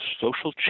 social